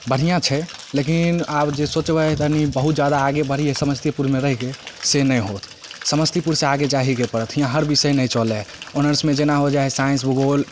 बढ़िऑं छै लेकिन आब जे सोचबै तनि बहुत जादा आगे बढ़ी समस्तीपुरमे रहिके से नहि होत समस्तीपुर से आगे जाहीके पड़त हिऑं हर बिषय नहि चलै हइ ऑनर्समे जेना हो जाइ हइ जेना साइन्स भुगोल